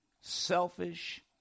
selfish